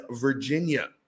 Virginia